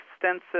extensive